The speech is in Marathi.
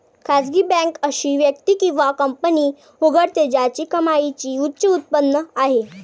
खासगी बँक अशी व्यक्ती किंवा कंपनी उघडते ज्याची कमाईची उच्च उत्पन्न आहे